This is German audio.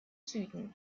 süden